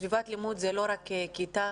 סביבת לימוד זה לא רק כיתה.